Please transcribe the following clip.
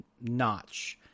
notch